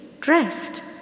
dressed